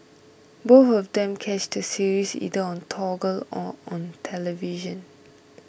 both of them catch the series either on toggle or on television